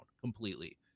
completely